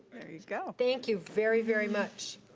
there you go. thank you very, very much.